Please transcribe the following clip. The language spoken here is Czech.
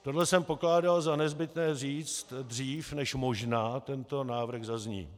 Tohle jsem pokládal za nezbytné říct dřív, než možná tento návrh zazní.